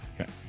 Okay